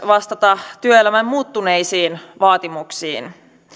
vastata työelämän muuttuneisiin vaatimuksiin